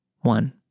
One